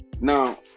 Now